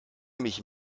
mich